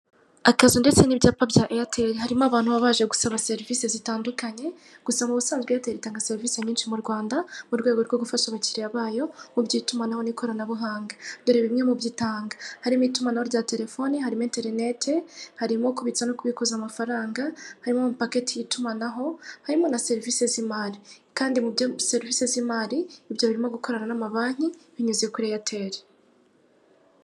Akazu ndetse n'ibyapa bya Airtel harimo abantu baba baje gusaba serivise zitandukanye gusa mubusanzwe Airtel itanga serivise nyinshi mu Rwanda mu rwego rwo gufasha abakiriya bayo muby'itumanaho n'ikoranabuhanga. Dore bimwe mubyo itanga harimo itumanaho rya terefone, harimo interinete, harimo kubitsa no kubikuza amafaranga, harimo ama pake y'itumanaho, harimo na serivise zimari Kandi muri serivise zimari Kandi mubyo serivise zimari ibyo birimo gukorana nama banki binyuze kuri Airtel.